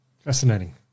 Fascinating